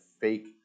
fake